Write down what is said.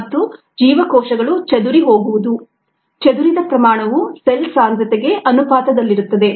ಮತ್ತು ಜೀವಕೋಶಗಳು ಚದುರಿಹೋಗುವುದು ಚದುರಿದ ಪ್ರಮಾಣವು ಸೆಲ್ ಸಾಂದ್ರತೆಗೆ ಅನುಪಾತದಲ್ಲಿರುತ್ತದೆ